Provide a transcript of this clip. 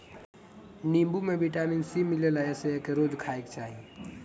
नीबू में vitamin C मिलेला एसे एके रोज खाए के चाही